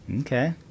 Okay